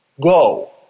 Go